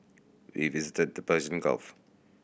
we visited the Persian Gulf